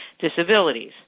disabilities